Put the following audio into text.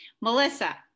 Melissa